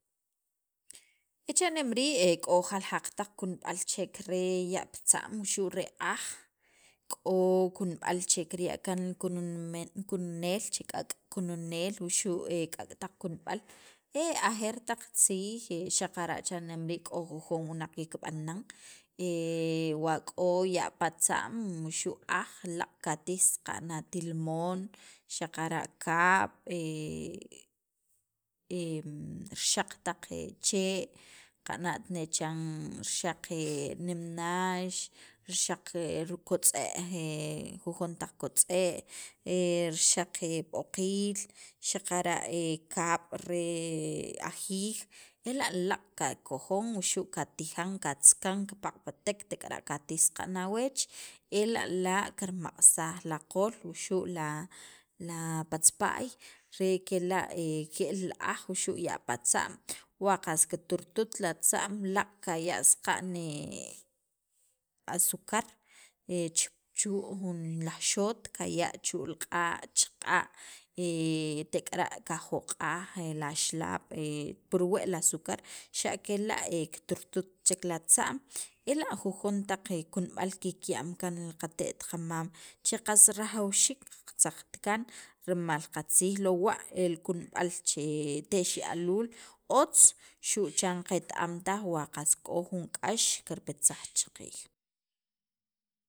E chanem rii k'o jaljak' taq' kumb'al che ker re yapirtzam wuxu' re aj k'o kumb'al che kirya' kaan kunumen kununeek che k'ak kununeel wuxu' k'ak taq' kumb'al e ajeer tak tziij xaqara' chanem rii k'o jun wunaq kikib'an nan ewa' k'o ya' patzam wuxu, aj laq katiij saqan a tilimon xaqara' kaab' rixaq' taj ch'ee' kanat'ini chan rixaq' nimneex rixaq' rii kotz'eej jujontaq' kotz'eej rixaq' b'oqiil xaqara' kaab' re ajiij ela' laq' ka kojon wuxu' katijan katzakan kipapatek tek'ara' katij saqan awech ela' la kirmaqsaj la q'ool wuxu' la patzpay re kela kel aj wuxu' ya' patzam wa kas kii t'urt'ut la tzam laq' ka saqan asucar che chu jun laaj xo't kaya chuul q'a' richaq'a tek'ara' ka joq'aaj la ixalab' purwe' la asucar xa kela ki t'urtu't ti chek la tzam ela' jujontaq' kumb'al ki kiyam kan katiit' kamaam che qas rajawxiik ka tzaqtakaan rimal katziij lo wa' el kumb'al che ti xealuul otz' xuchan kas ke'etam taaj wa' kas k'o jun k'ax kirpetsaj chakiij.